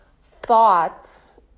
thoughts